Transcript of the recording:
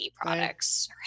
products